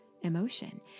emotion